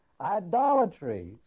Idolatry